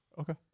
okay